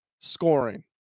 scoring